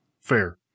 fair